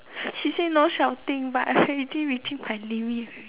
she said no shouting but I already reaching my limit